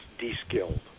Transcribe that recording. de-skilled